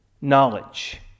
knowledge